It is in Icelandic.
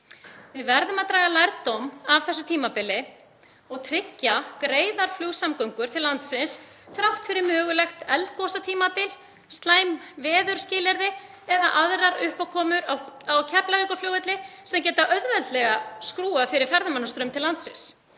Við verðum að draga lærdóm af þessu tímabili og tryggja greiðar flugsamgöngur til landsins þrátt fyrir mögulegt eldgosatímabil, slæm veðurskilyrði og uppákomur á Keflavíkurflugvelli sem geta auðveldlega skrúfað fyrir ferðamannastraum til landsins